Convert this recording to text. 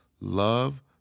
love